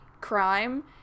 crime